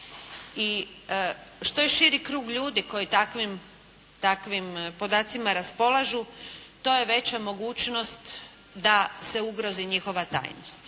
I što je širi krug ljudi koji takvim podacima raspolažu, to je veća mogućnost da se ugrozi njihova tajnost